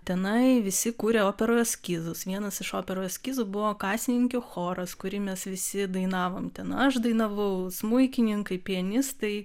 tenai visi kūrė operų eskizus vienas iš operų eskizų buvo kasininkių choras kurį mes visi dainavom ten aš dainavau smuikininkai pianistai